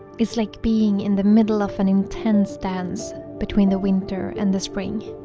it's like being in the middle of an intense dance between the winter and the spring